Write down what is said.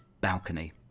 balcony